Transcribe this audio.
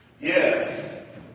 Yes